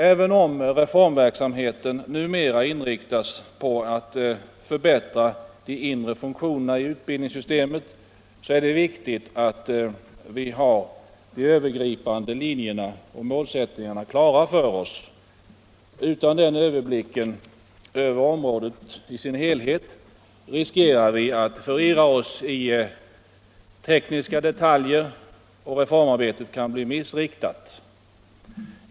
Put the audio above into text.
Även om reformverksamheten numera inriktas på att förbättra de inre funktionerna i utbildningssystemet är det viktigt att vi har de övergripande linjerna och målsättningarna klara för oss. Utan den överblicken över området i dess helhet riskerar vi att förirra oss i tekniska detaljer, och reformarbetet kan bli missriktat.